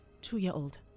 two-year-old